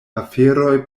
aferoj